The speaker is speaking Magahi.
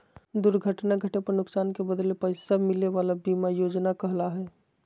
दुर्घटना घटे पर नुकसान के बदले पैसा मिले वला बीमा योजना कहला हइ